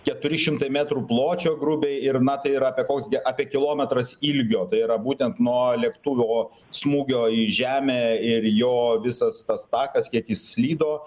keturi šimtai metrų pločio grubiai ir na tai yra apie koks gi apie kilometras ilgio tai yra būtent nuo lėktuvo smūgio į žemę ir jo visas tas takas kiek is slydo